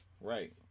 Right